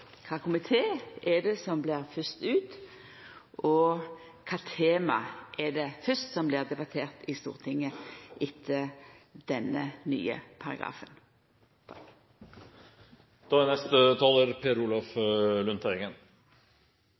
Kva komité er det som blir fyrst ut, og kva tema er det som blir debattert fyrst i Stortinget, etter denne nye paragrafen? Det vi diskuterer nå, nemlig Stortingets forretningsorden, er